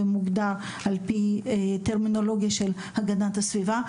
ומוגדר על פי טרמינולוגיה של הגנת הסביבה.